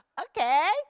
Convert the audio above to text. Okay